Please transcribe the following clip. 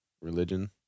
religion